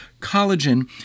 collagen